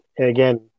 again